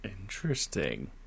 Interesting